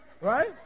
Right